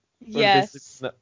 yes